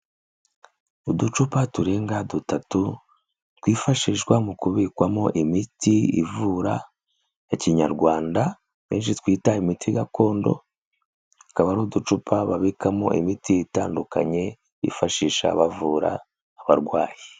Uducupa turenga dutatu twifashishwa mu kubikwamo imiti ivura ya Kinyarwanda benshi twita imiti gakondo, akaba ari uducupa babikamo imiti itandukanye bifashisha abavura abarwayi.